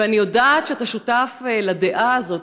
אני יודעת שאתה שותף לדעה הזאת.